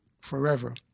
forever